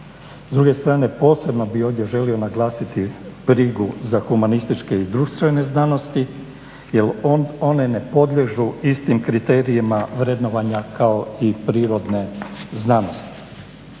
S druge strane posebno bih ovdje želio naglasiti brigu za humanističke i društvene znanosti jer one ne podliježu istim kriterijima vrednovanja kao i prirodne znanosti.